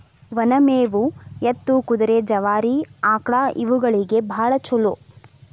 ಒನ ಮೇವು ಎತ್ತು, ಕುದುರೆ, ಜವಾರಿ ಆಕ್ಳಾ ಇವುಗಳಿಗೆ ಬಾಳ ಚುಲೋ